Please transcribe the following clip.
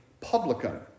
publican